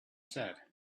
said